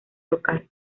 local